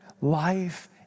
life